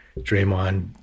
Draymond